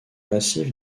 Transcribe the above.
massif